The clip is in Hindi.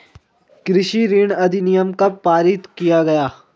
कृषि ऋण अधिनियम कब पारित किया गया?